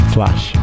Flash